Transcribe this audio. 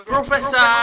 Professor